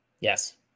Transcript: Yes